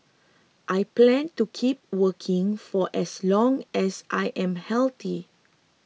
I plan to keep working for as long as I am healthy